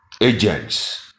agents